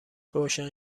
روشن